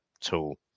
tool